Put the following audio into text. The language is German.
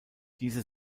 diese